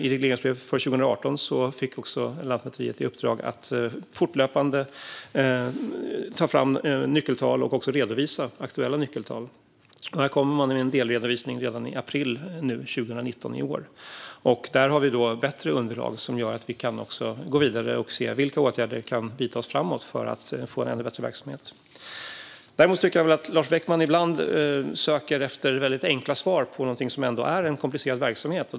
I regleringsbrevet för 2018 fick Lantmäteriet också i uppdrag att fortlöpande ta fram nyckeltal och redovisa aktuella nyckeltal. En delredovisning kommer redan nu i april 2019. Där får vi bättre underlag för att gå vidare och se vilka åtgärder som kan vidtas framöver för att få en ännu bättre verksamhet. Jag tycker att Lars Beckman ibland söker efter väldigt enkla svar. Det är ändå en komplicerad verksamhet.